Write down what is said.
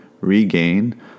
regain